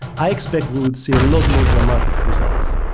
i expect we would see a lot more dramatic results.